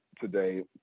today